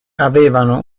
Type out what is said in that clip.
avevano